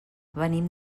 venim